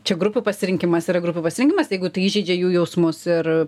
čia grupių pasirinkimas yra grupių pasirinkimas jeigu tai įžeidžia jų jausmus ir